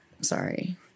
Sorry